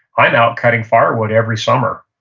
i'm out cutting firewood every summer.